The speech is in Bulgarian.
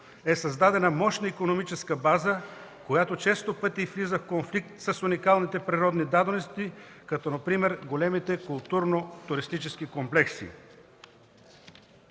е създадена мощна икономическа база, която често пъти влиза в конфликт с уникалните природни дадености, като например големите културно туристически комплекси.